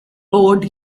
board